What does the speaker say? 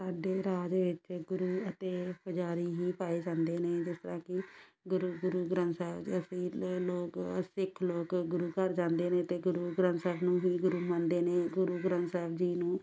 ਸਾਡੇ ਰਾਜ ਵਿੱਚ ਗੁਰੂ ਅਤੇ ਪੁਜਾਰੀ ਹੀ ਪਾਏ ਜਾਂਦੇ ਨੇ ਜਿਸ ਤਰ੍ਹਾਂ ਕਿ ਗੁਰੂ ਗੁਰੂ ਗ੍ਰੰਥ ਸਾਹਿਬ ਅਸੀਂ ਲੋਕ ਸਿੱਖ ਲੋਕ ਗੁਰੂ ਘਰ ਜਾਂਦੇ ਨੇ ਅਤੇ ਗੁਰੂ ਗ੍ਰੰਥ ਸਾਹਿਬ ਨੂੰ ਹੀ ਗੁਰੂ ਮੰਨਦੇ ਨੇ ਗੁਰੂ ਗ੍ਰੰਥ ਸਾਹਿਬ ਜੀ ਨੂੰ